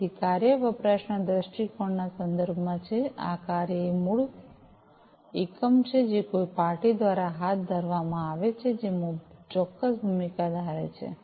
તેથી કાર્ય વપરાશના દૃષ્ટિકોણના સંદર્ભમાં છે કાર્ય એ કાર્યનું મૂળ એકમ છે જે કોઈ પાર્ટી દ્વારા હાથ ધરવામાં આવે છે જે ચોક્કસ ભૂમિકા ધારે છે